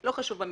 לא חשוב,